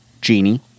genie